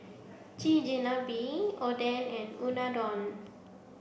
Chigenabe Oden and Unadon